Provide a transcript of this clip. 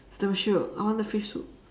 it's damn shiok I want the fish soup